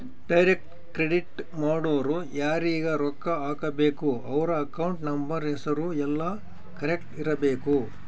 direct credit ಮಾಡೊರು ಯಾರೀಗ ರೊಕ್ಕ ಹಾಕಬೇಕು ಅವ್ರ ಅಕೌಂಟ್ ನಂಬರ್ ಹೆಸರು ಯೆಲ್ಲ ಕರೆಕ್ಟ್ ಇರಬೇಕು